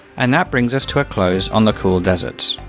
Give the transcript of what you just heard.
and that brings us to a close on the cool deserts.